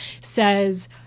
says